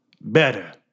better